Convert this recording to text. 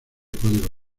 código